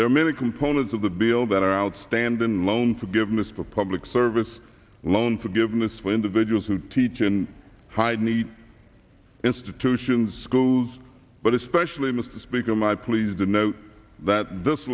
there are many components of the bill that are outstanding loan forgiveness for public service loan forgiveness for individuals who teach in hyde neat institutions schools but especially mr speaker my pleased to note that this